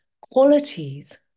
qualities